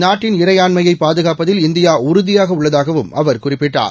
நாட்டின் இறையாண்மையை பாதுகாப்பதில் இந்தியா உறுதியாக உள்ளதாகவும் அவர் குறிப்பிட்டார்